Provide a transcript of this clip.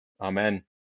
Amen